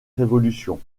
revolution